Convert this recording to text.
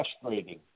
frustrating